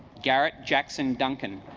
garret jackson duncan